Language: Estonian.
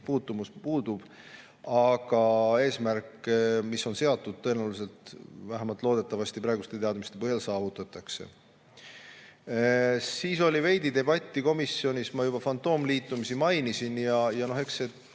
puutumus puudub, aga eesmärk, mis on seatud, tõenäoliselt, vähemalt praeguste teadmiste põhjal saavutatakse. Siis oli veidi debatti komisjonis. Ma juba fantoomliitumisi mainisin ja eks see